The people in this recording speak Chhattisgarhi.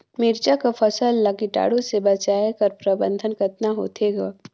मिरचा कर फसल ला कीटाणु से बचाय कर प्रबंधन कतना होथे ग?